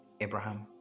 Abraham